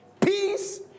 peace